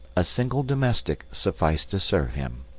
a single domestic sufficed to serve him.